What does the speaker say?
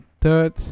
third